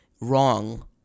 wrong